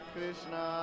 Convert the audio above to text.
Krishna